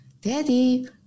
Daddy